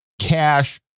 cash